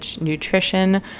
Nutrition